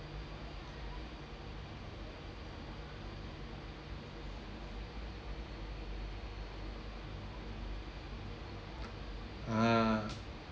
ah